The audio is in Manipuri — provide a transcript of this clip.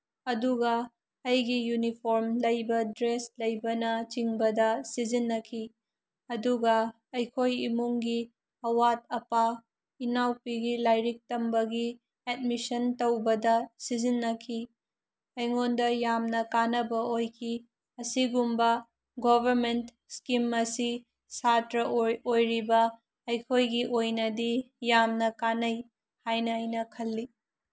ꯑꯗꯨꯒ ꯑꯩꯒꯤ ꯌꯨꯅꯤꯐꯣꯔꯝ ꯂꯩꯕ ꯗ꯭ꯔꯦꯁ ꯂꯩꯕꯅꯆꯤꯡꯕꯗ ꯁꯤꯖꯤꯟꯅꯈꯤ ꯑꯗꯨꯒ ꯑꯩꯈꯣꯏ ꯏꯃꯨꯡꯒꯤ ꯑꯋꯥꯠ ꯑꯄꯥ ꯏꯅꯥꯎꯄꯤꯒꯤ ꯂꯥꯏꯔꯤꯛ ꯇꯝꯕꯒꯤ ꯑꯦꯠꯃꯤꯁꯟ ꯇꯧꯕꯗ ꯁꯤꯖꯤꯟꯅꯈꯤ ꯑꯩꯉꯣꯟꯗ ꯌꯥꯝꯅ ꯀꯥꯟꯅꯕ ꯑꯣꯏꯈꯤ ꯑꯁꯤꯒꯨꯝꯕ ꯒꯣꯕꯔꯃꯦꯟ ꯏꯁꯀꯤꯝ ꯑꯁꯤ ꯁꯥꯇ꯭ꯔ ꯑꯣꯏꯔꯤꯕ ꯑꯩꯈꯣꯏꯒꯤ ꯑꯣꯏꯅꯗꯤ ꯌꯥꯝꯅ ꯀꯥꯟꯅꯩ ꯍꯥꯏꯅ ꯑꯩꯅ ꯈꯜꯂꯤ